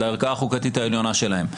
לערכאה החוקתית העליונה שלהן.